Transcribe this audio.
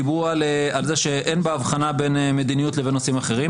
דיברו על כך שאין בה הבחנה בין מדיניות לבין נושאים אחרים